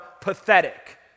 pathetic